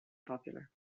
popular